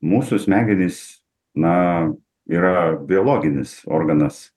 mūsų smegenys na yra biologinis organas